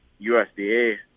usda